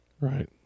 Right